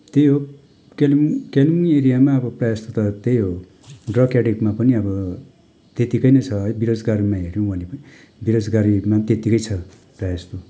त्यो केलेम् कालिम्पोङ एरियामा अब प्राय जस्तो त त्यही हो ड्रग एडिकमा पनि अब त्यतिकै नै छ है बेरोजगारमा हेऱ्यौँ भने पनि बेरोजगारीमा पनि त्यतिकै छ प्राय जस्तो